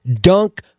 dunk